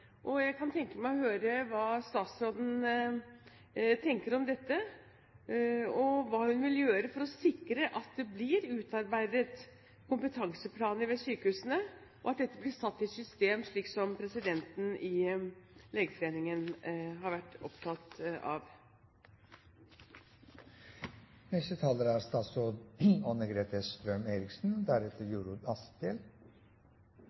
Jeg kan tenke meg å høre hva statsråden tenker om dette, hva hun vil gjøre for å sikre at det blir utarbeidet kompetanseplaner ved sykehusene, og at dette blir satt i system, slik presidenten i Legeforeningen har vært opptatt av.